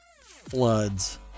floods